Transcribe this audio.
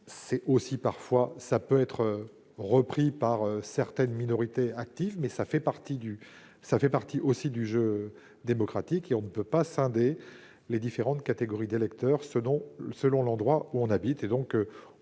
cela peut, certes, être utilisé par certaines minorités actives, mais cela fait partie du jeu démocratique et on ne peut pas scinder les différentes catégories d'électeurs selon l'endroit où ils habitent.